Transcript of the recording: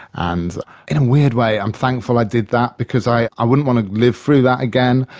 and in a weird way i'm thankful i did that, because i i wouldn't want to live through that again.